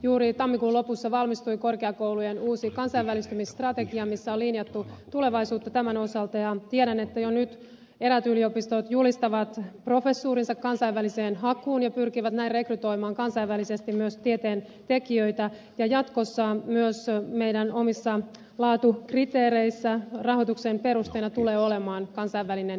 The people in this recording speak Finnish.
juuri tammikuun lopussa valmistui korkeakoulujen uusi kansainvälistymisstrategia missä on linjattu tulevaisuutta tämän osalta ja tiedän että jo nyt eräät yliopistot julistavat professuurinsa kansainväliseen hakuun ja pyrkivät näin rekrytoimaan myös kansainvälisesti tieteentekijöitä ja jatkossa myös meidän omissa laatukriteereissämme rahoituksen perusteena tulee olemaan kansainvälinen liikkuvuus